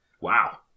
Wow